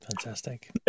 Fantastic